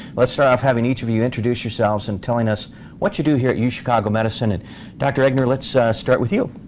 let's start off having each of you introduce yourselves and telling us what you do here at uchicago medicine. and dr. eggener let's start with you.